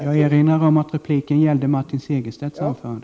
Jag erinrar om att repliken gällde Martin Segerstedts anförande.